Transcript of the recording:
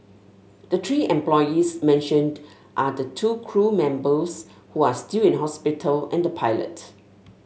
the three employees mentioned are the two crew members who are still in hospital and the pilot